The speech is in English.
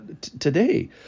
today